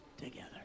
together